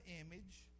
image